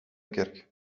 kerk